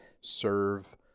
serve